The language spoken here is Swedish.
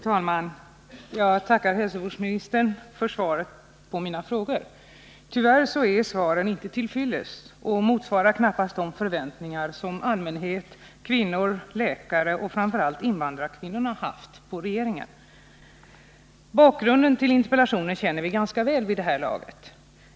Fru talman! Jag tackar hälsovårdsministern för svaren på mina frågor. Tyvärr är svaren inte till fyllest och motsvarar knappast de förväntningar som allmänhet, kvinnor, läkare och framför allt invandrarkvinnor haft på regeringen. Bakgrunden till interpellationen känner vi ganska väl vid det här laget.